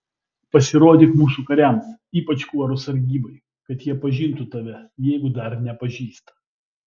pasirodyk mūsų kariams ypač kuorų sargybai kad jie pažintų tave jeigu dar nepažįsta